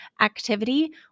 Activity